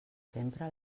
sempre